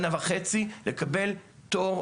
שנה וחצי לקבל תור,